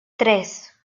tres